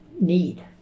need